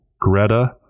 Greta